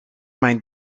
mijn